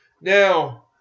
Now